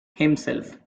himself